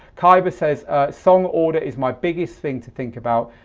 khyber says song order is my biggest thing to think about.